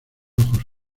ojos